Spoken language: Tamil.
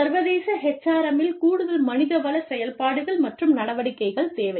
சர்வதேச HRM இல் கூடுதல் மனிதவள செயல்பாடுகள் மற்றும் நடவடிக்கைகள் தேவை